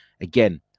Again